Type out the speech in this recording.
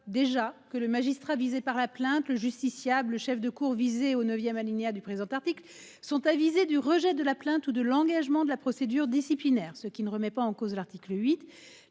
déjà que le magistrat visé par la plainte le justiciable chefs de cour visé au 9ème alinéa du présent article sont avisés du rejet de la plainte ou de l'engagement de la procédure disciplinaire, ce qui ne remet pas en cause l'article 8